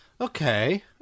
Okay